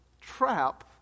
trap